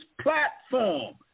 platform